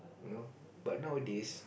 you know but nowadays